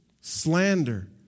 slander